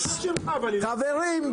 חברים,